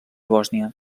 bòsnia